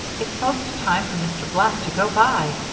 it's most time for mr. black to go by.